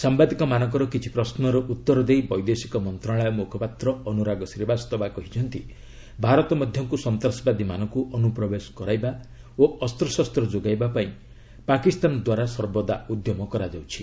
ସାମ୍ବାଦିକମାନଙ୍କର କିଛି ପ୍ରଶ୍ୱର ଉତ୍ତର ଦେଇ ବୈଦେଶିକ ମନ୍ତ୍ରଣାଳୟ ମୁଖପାତ୍ର ଅନୁରାଗ ଶ୍ରୀବାସ୍ତବା କହିଛନ୍ତି ଭାରତ ମଧ୍ୟକୁ ସନ୍ତାସବାଦୀମାନଙ୍କୁ ଅନୁପ୍ରବେଶ କରାଇବା ଓ ଅସ୍ତ୍ରଶସ୍ତ ଯୋଗାଇବା ପାଇଁ ପାକିସ୍ତାନଦ୍ୱାରା ସର୍ବଦା ଉଦ୍ୟମ କରାଯାଉଛି